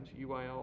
UIL